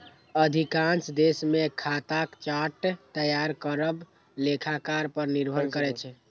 अधिकांश देश मे खाताक चार्ट तैयार करब लेखाकार पर निर्भर करै छै